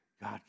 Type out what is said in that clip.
God